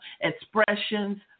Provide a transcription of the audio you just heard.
expressions